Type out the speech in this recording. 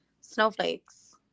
snowflakes